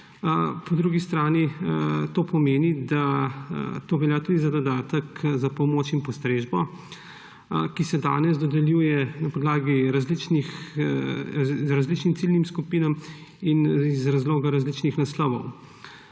Po drugi strani to pomeni, da to velja tudi za dodatek za pomoč in postrežbo, ki se danes dodeljuje različnim ciljnim skupinam in iz razloga različnih naslovov.